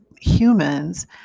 humans